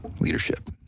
leadership